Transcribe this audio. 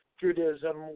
Judaism